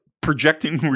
projecting